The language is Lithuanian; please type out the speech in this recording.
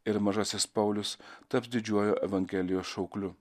ir mažasis paulius taps didžiuoju evangelijos šaukliu